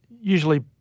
Usually